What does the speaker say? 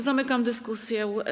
Zamykam dyskusję.